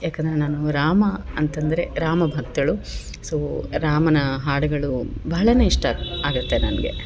ಯಾಕಂದ್ರೆ ನಾನು ರಾಮ ಅಂತಂದರೆ ರಾಮಭಕ್ತಳು ಸೊ ರಾಮನ ಹಾಡುಗಳು ಭಾಳನೆ ಇಷ್ಟ ಆಗುತ್ತೆ ನನಗೆ